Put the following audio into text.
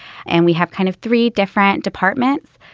and we have kind of three different departments.